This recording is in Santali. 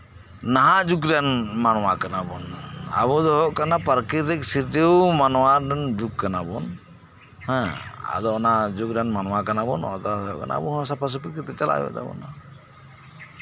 ᱱᱟᱦᱟᱜ ᱡᱩᱜᱽᱨᱮᱱ ᱢᱟᱱᱣᱟ ᱠᱟᱱᱟ ᱵᱚᱱ ᱟᱵᱚ ᱫᱚ ᱦᱩᱭᱩᱜ ᱠᱟᱱᱟ ᱯᱨᱟᱠᱤᱨᱛᱤᱠ ᱢᱟᱱᱣᱟ ᱨᱮᱱ ᱡᱩᱜ ᱠᱟᱱᱟ ᱵᱚᱱ ᱦᱮᱸ ᱚᱱᱟ ᱡᱩᱜ ᱨᱮᱱ ᱢᱟᱱᱣᱟ ᱠᱟᱱᱟ ᱵᱚᱱ ᱟᱵᱚ ᱫᱚ ᱥᱟᱯᱷᱟᱼᱥᱟᱯᱷᱤ ᱠᱟᱛᱮᱜ ᱪᱟᱞᱟᱜ ᱦᱩᱭᱩᱜ ᱛᱟᱵᱳᱱᱟ